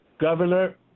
Governor